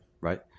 right